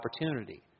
opportunity